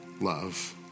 love